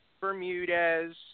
Bermudez